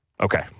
Okay